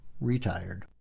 retired